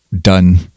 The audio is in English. done